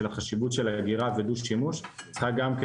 של החשיבות של אגירה ודו-שימוש צריכה גם כן